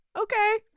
Okay